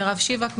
מרב שיבק,